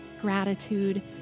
Gratitude